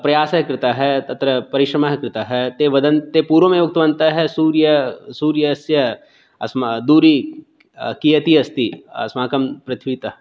प्रयासः कृतः तत्र परिश्रमः कृतः ते वदन्ति पूर्वमेव उक्तवन्तः सूर्य सूर्यस्य अस्मा दूरी कियती अस्ति अस्माकं पृथ्वीतः